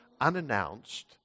unannounced